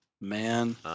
man